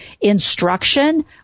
instruction